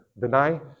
Deny